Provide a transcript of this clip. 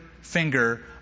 finger